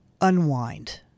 unwind